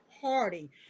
Party